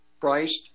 Christ